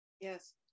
Yes